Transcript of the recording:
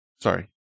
Sorry